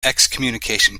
excommunication